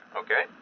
okay